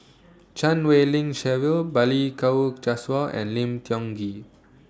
Chan Wei Ling Cheryl Balli Kaur Jaswal and Lim Tiong Ghee